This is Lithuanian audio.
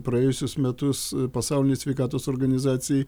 praėjusius metus pasaulinei sveikatos organizacijai